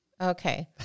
Okay